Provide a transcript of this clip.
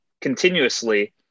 continuously